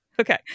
Okay